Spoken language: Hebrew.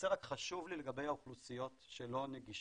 רק חשוב לי לגבי אוכלוסיות שלא נגישות,